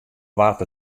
waard